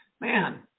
man